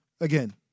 again